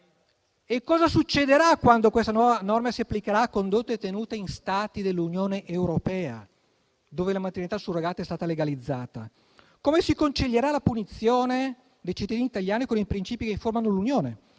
Cosa succederà quando questa nuova norma si applicherà a condotte tenute in Stati dell'Unione europea dove la maternità surrogata è stata legalizzata? Come si concilierà la punizione dei cittadini italiani con i principi che informano l'Unione